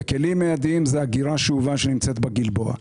וכלים מיידיים זה אגירה שאובה שנמצאת בגלבוע.